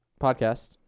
podcast